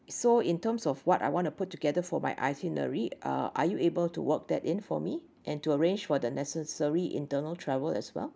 so in terms of what I want to put together for my itinerary uh are you able to work that in for me and to arrange for the necessary internal travel as well